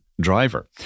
Driver